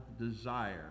desire